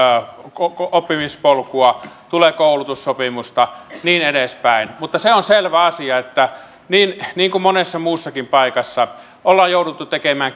oppimispolkua tulee koulutussopimusta ja niin edespäin mutta se on selvä asia että niin niin kuin monessa muussakin paikassa ollaan jouduttu tekemään